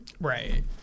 Right